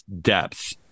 depth